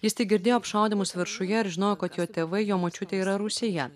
jis tik girdėjo apšaudymus viršuje ir žinojo kad jo tėvai jo močiutė yra rūsyje